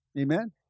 Amen